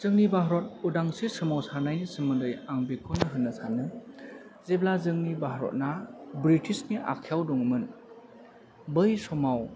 जोंनि भारत उदांस्रि सोमावसारनायनि सोमोन्दै आं बिखौनो होननो सानो जेब्ला जोंनि भारतआ ब्रिटिसनि आखायाव दंमोन बै समाव